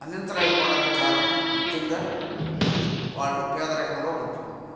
అందించలేకపోవటానికి కారణం ముఖ్యంగా వాళ్ళుపేదరికంలో ఉండటం వలన